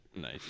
nice